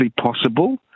possible